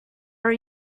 are